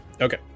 Okay